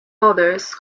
orders